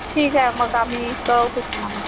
ठीक आहे मग आम्ही कळवतो तुम्हाला